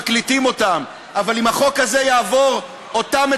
אבל אם היא יורדת מהקו, והבייביסיטר או